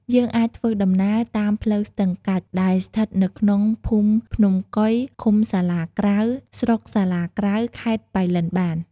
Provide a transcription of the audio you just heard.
យើងអាចធ្វើដំណើរតាមផ្លូវស្ទឹងកាច់ ដែលស្ថិតនៅក្នុងភូមិភ្នំកុយ ឃុំសាលាក្រៅ ស្រុកសាលាក្រៅ ខេត្តប៉ៃលិនបាន។